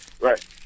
Right